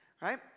right